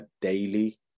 daily